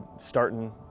starting